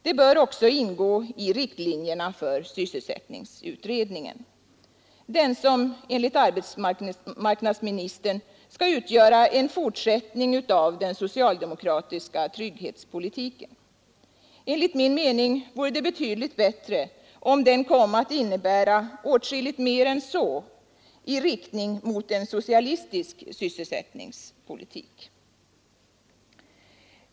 Det bör också ingå i riktlinjerna för sysselsättningsutredningens arbete. Den framtida sysselsättningspolitiken skall enligt arbetsmarknadsministern utgöra en fortsättning av den socialdemokratiska trygghetspolitiken. Enligt min mening vore det betydligt bättre om den kom att innebära åtskilligt mer än så i riktning mot en socialistisk sysselsättningspolitik.